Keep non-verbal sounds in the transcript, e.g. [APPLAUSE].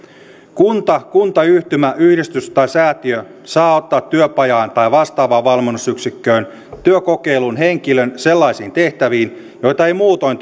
kunta kuntayhtymä yhdistys tai säätiö saa ottaa työpajaan tai vastaavaan valmennusyksikköön työkokeiluun henkilön sellaisiin tehtäviin joita ei muutoin [UNINTELLIGIBLE]